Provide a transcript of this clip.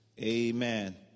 Amen